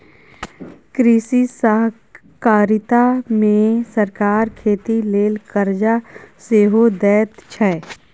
कृषि सहकारिता मे सरकार खेती लेल करजा सेहो दैत छै